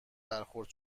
برخورد